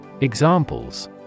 Examples